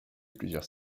plusieurs